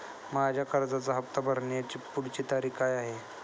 माझ्या कर्जाचा हफ्ता भरण्याची पुढची तारीख काय आहे?